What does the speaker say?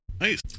Nice